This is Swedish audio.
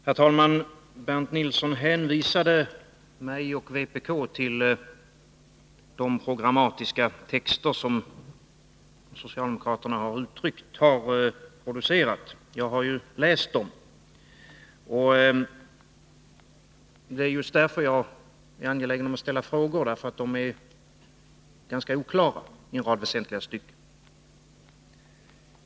Herr talman! Bernt Nilsson hänvisade mig och vpk till de programtexter som socialdemokraterna har producerat. Jag har läst dessa, och jag är angelägen om att ställa frågor i anslutning till dem, eftersom de är ganska oklara i en rad väsentliga stycken.